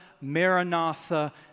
Maranatha